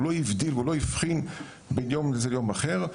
הוא לא הבחין בין יום זה ליום אחר,